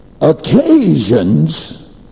occasions